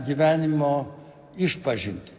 gyvenimo išpažintį